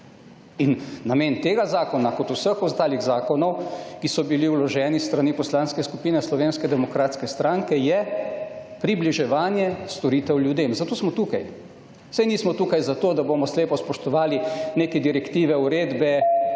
In namen tega zakona, kot vseh ostalih zakonov, ki so bili vloženi s strani Poslanske skupine Slovenske demokratske stranke je približevanje storitev ljudem, zato smo tukaj. Saj nismo tukaj zato, da bomo slepo spoštovali neke direktive uredbe,